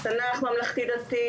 תנ"ך ממלכתי-דתי